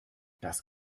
das